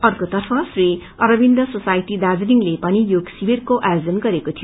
अर्कोतफ Shri Aurobindo society दार्जीलिङले पनि योग शिविरको आयोजन गरेको थियो